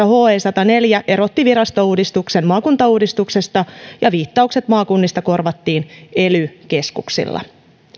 he he sataneljä joka erotti virastouudistuksen maakuntauudistuksesta ja jossa viittaukset maakuntiin korvattiin ely keskuksilla